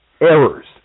errors